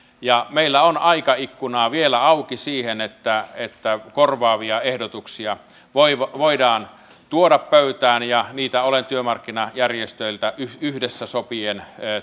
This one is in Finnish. meillä on aikaikkuna vielä auki sille että korvaavia ehdotuksia voidaan tuoda pöytään ja niitä olen työmarkkinajärjestöiltä yhdessä sopien